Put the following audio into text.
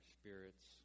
spirits